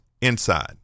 inside